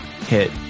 hit